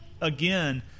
again